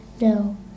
no